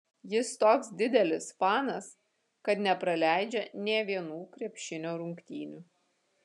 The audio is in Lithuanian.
jis toks didelis fanas kad nepraleidžia nė vienų krepšinio rungtynių